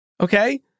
Okay